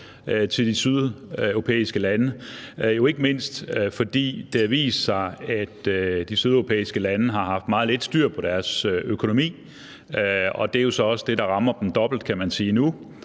til de sydeuropæiske lande, jo ikke mindst fordi det har vist sig, at de sydeuropæiske lande har haft meget lidt styr på deres økonomi. Det er jo så også det, der rammer dem dobbelt,